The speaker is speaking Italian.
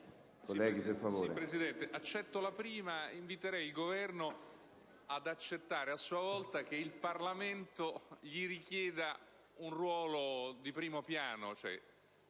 dal sottosegretario Mantica, ma inviterei il Governo ad accettare a sua volta che il Parlamento gli richieda un ruolo di primo piano.